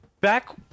back